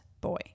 boy